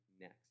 next